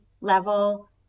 level